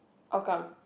Hougang